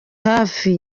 hafi